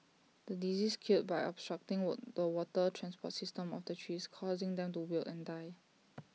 the disease killed by obstructing the water transport system of the trees causing them to wilt and die